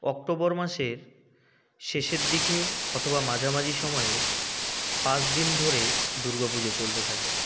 October মাসের শেষের দিকে অথবা মাঝামাঝি সময়ে পাঁচদিন ধরে দুর্গাপুজো চলতে থাকে